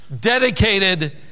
dedicated